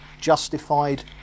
justified